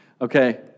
Okay